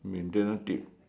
maintenance tip